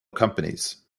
companies